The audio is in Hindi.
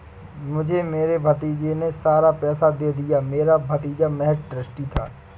मुझे मेरे भतीजे ने सारा पैसा दे दिया, मेरा भतीजा महज़ ट्रस्टी था